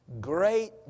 Great